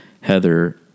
Heather